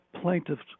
plaintiffs